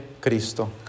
Cristo